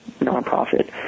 non-profit